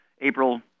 April